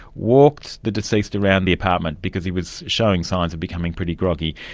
walked the deceased around the apartment, because he was showing signs of becoming pretty groggy,